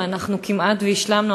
ואנחנו כמעט השלמנו,